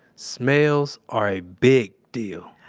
smells are a big deal